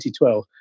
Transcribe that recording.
2012